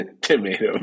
Tomato